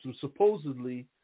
supposedly